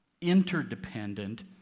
interdependent